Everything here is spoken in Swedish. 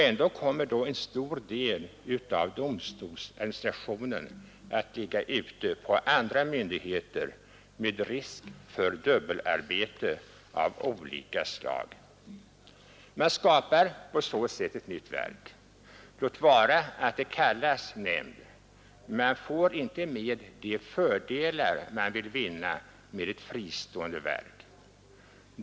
Ändock kommer en stor del av domstolsadministrationen att ligga ute på andra myndigheter med risk för dubbelarbete av olika slag. Man skapar på så sätt ett nytt verk — låt vara att det kallas nämnd — men man får inte med de fördelar man vill vinna med ett fristående verk.